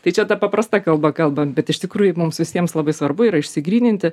tai čia ta paprasta kalba kalbant bet iš tikrųjų mums visiems labai svarbu yra išsigryninti